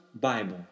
Bible